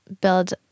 build